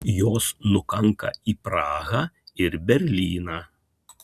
jos nukanka į prahą ir berlyną